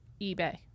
eBay